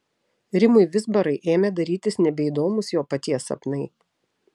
rimui vizbarai ėmė darytis nebeįdomūs jo paties sapnai